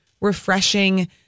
refreshing